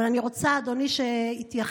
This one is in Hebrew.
אבל אני רוצה שאדוני יתייחס.